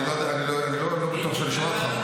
אני לא בטוח שאני שומע אותך.